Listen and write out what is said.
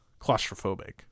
claustrophobic